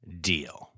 deal